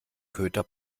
köter